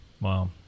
Wow